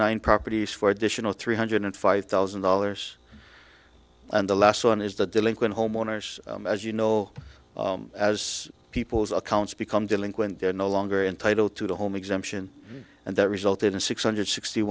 nine properties for additional three hundred five thousand dollars and the last one is the delinquent homeowners as you know as people's accounts become delinquent they are no longer entitled to the home exemption and that resulted in six hundred sixty